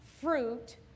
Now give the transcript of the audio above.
fruit